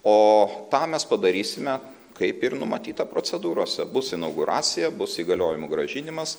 o tą mes padarysime kaip ir numatyta procedūrose bus inauguracija bus įgaliojimų grąžinimas